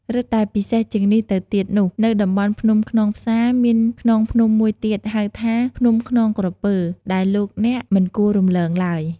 រឹតតែពិសេសជាងនេះទៅទៀតនោះ នៅតំបន់ភ្នំខ្នងផ្សាមានខ្នងភ្នំមួយទៀត ហៅថាភ្នំខ្នងក្រពើ ដែលលោកអ្នកមិនគួររំលងឡើយ។